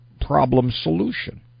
problem-solution